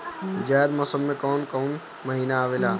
जायद मौसम में कौन कउन कउन महीना आवेला?